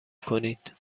کنید